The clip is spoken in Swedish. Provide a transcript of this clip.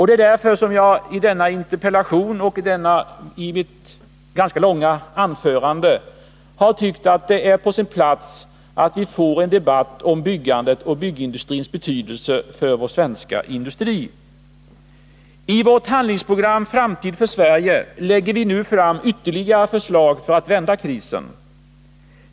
Det är därför jag i denna interpellation och detta ganska långa anförande vill framhålla att det är på sin plats att vi får en debatt om byggandet och byggindustrins betydelse för vår svenska industri. I vårt handlingsprogram Framtid för Sverige lägger vi nu fram ytterligare förslag för att vända krisen.